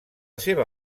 seva